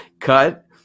cut